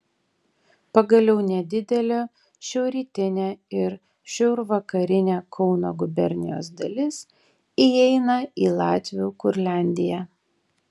pagaliau nedidelė šiaurrytinė ir šiaurvakarinė kauno gubernijos dalis įeina į latvių kurliandiją